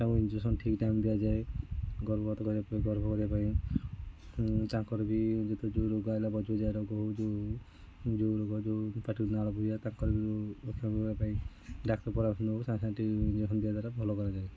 ତାଙ୍କୁ ଇଞ୍ଜେକସନ୍ ଠିକ ଟାଇମ୍ରେ ଦିଆଯାଏ ଗର୍ଭବତୀ କରିବା ପାଇଁ ଗର୍ଭ କରିବା ପାଇଁ ତାଙ୍କର ବି ଯେତେ ଯେଉଁ ରୋଗ ଆଇଲା ବଜବଜିଆ ରୋଗ ହେଉ ଯେଉଁ ଯେଉଁ ରୋଗ ଯେଉଁ ପାଟିରୁ ନାଳ ବୋହିବା ପାଇଁ ଡାକ୍ତରଙ୍କ ପରାମର୍ଶ ନେଉ ସାଙ୍ଗେ ସାଙ୍ଗେ ଇଞ୍ଜେକ୍ସନ୍ ଦେବା ଦ୍ୱାରା ଭଲ କରାଯାଏ